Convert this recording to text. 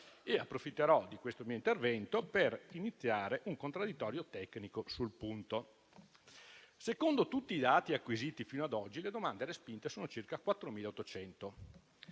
e approfitterò di questo mio intervento per iniziare un contraddittorio tecnico sul punto. Secondo tutti i dati acquisiti fino ad oggi, le domande respinte sono circa 4.800;